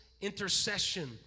intercession